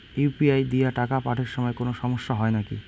UPI দিয়া টাকা পাঠের সময় কোনো সমস্যা হয় নাকি?